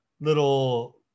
little